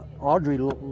Audrey